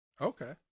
Okay